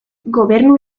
gobernu